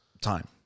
time